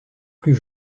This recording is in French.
plus